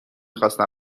خواستم